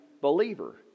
believer